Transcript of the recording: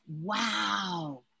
Wow